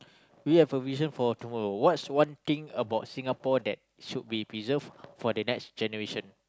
we have a vision for tomorrow what's one thing about Singapore that should be preserved for the next generation